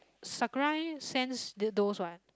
Sakurai sends those what